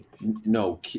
No